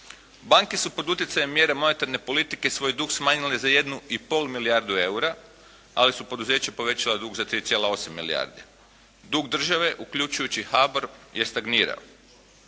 Banke su pod utjecajem mjera monetarne politike svoj dug smanjile za 1,5 milijardu eura ali su poduzeća povećala dug za 3,8 milijardi. Dug države uključujući HBOR je stagnirao